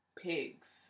pigs